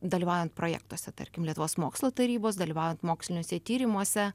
dalyvaujant projektuose tarkim lietuvos mokslo tarybos dalyvaujant moksliniuose tyrimuose